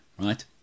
right